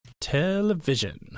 Television